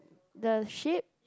the ship